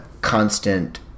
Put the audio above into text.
constant